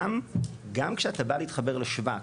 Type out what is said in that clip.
גם כשאתה בא להתחבר לשבא,